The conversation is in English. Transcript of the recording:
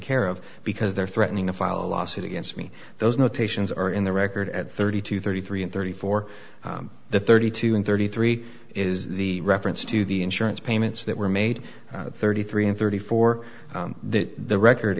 care of because they're threatening to file a lawsuit against me those notations are in the record at thirty two thirty three and thirty four the thirty two and thirty three is the reference to the insurance payments that were made thirty three and thirty four the record